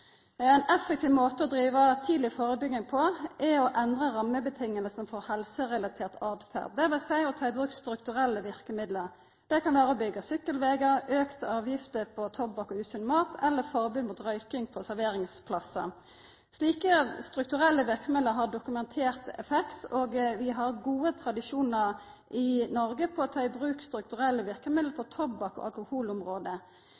Ein effektiv måte å driva tidleg førebygging på er å endra rammevilkåra for helserelatert åtferd, dvs. å ta i bruk strukturelle verkemiddel. Det kan vera å byggja sykkelvegar, auka avgift på tobakk og usunn mat, eller forbod mot røyking på serveringsplassar. Slike strukturelle verkemiddel har dokumentert effekt, og vi har gode tradisjonar i Noreg for å ta i bruk strukturelle verkemiddel